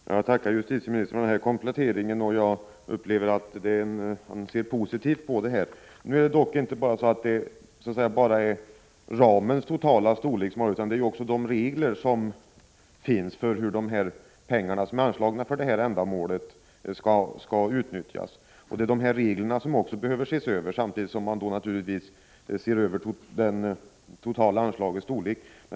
Herr talman! Jag tackar justitieministern för den här kompletteringen. Jag upplever att han ser positivt på saken. Det är dock inte bara den totala anslagsramens storlek det gäller utan också de regler som finns för hur pengarna som är anslagna skall utnyttjas. Dessa regler behöver också ses över, samtidigt som man ser över det totala anslagets storlek.